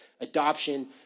Adoption